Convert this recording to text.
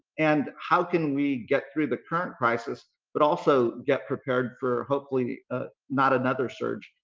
and how can we get through the current prices but also get prepared for, hopefully ah not another surge.